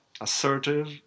assertive